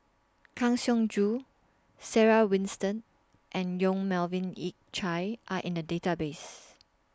Kang Siong Joo Sarah Winstedt and Yong Melvin Yik Chye Are in The Database